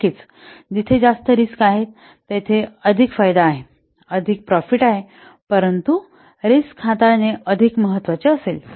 नक्कीच जिथे जास्त रिस्क आहेत तेथे अधिक फायदा आहे अधिक प्रॉफिट आहे परंतु रिस्क हाताळणे अधिक महत्वाचे असेल